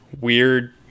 weird